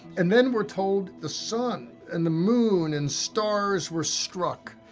and then we're told the sun and the moon and stars were struck,